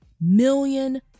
million